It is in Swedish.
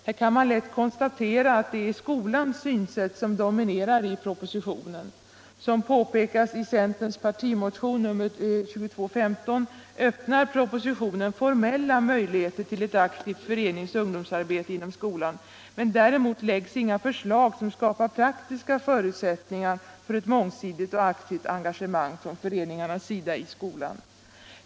Här kan man lätt konstatera att det är skolans synsätt som dominerar i propositionen. Såsom påpekas i centerns partimotion nr 2215 öppnar propositionen formella möjligheter till ett aktivt föreningsoch ungdomsarbete inom skolan, men däremot framläggs inga förslag för att skapa praktiska förutsättningar för ett mångsidigt och aktivt engagemang från föreningarna i skolan.